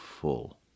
full